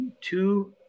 two